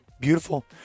Beautiful